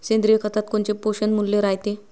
सेंद्रिय खतात कोनचे पोषनमूल्य रायते?